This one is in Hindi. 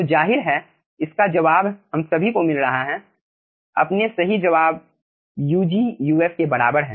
तो जाहिर है इसका जवाब हम सभी को मिल रहा है अपने सही जवाब Ug Uf के बराबर हैं